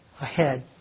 ahead